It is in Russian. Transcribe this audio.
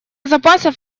запасов